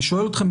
אני שואל אתכם,